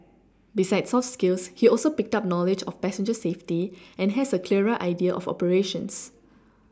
besides soft skills he also picked up knowledge of passenger safety and has a clearer idea of operations